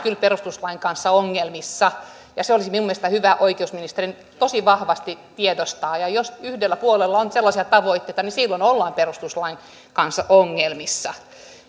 kyllä perustuslain kanssa ongelmissa ja se olisi minun mielestäni hyvä oikeusministerin nyt tosi vahvasti tiedostaa ja jos yhdellä puolueella on sellaisia tavoitteita niin silloin ollaan perustuslain kanssa ongelmissa